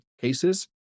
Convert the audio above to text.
cases